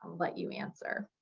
let you answer.